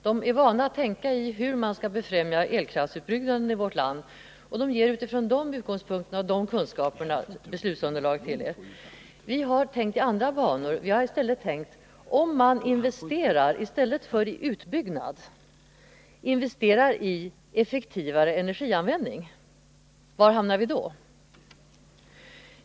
De är vana att tänka i banor som gäller hur man skall befrämja elkraftsutbyggnaden i vårt land, och de ger utifrån de utgångspunkterna och de kunskaperna beslutsunderlag. Vi på nej-sidan har tänkt i andra banor. Vi har i stället frågat oss var man hamnar om man investerar i effektivare energianvändning i stället för i utbyggnad.